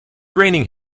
raining